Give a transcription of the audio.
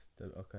Okay